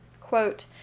Quote